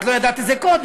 את לא ידעת את זה קודם,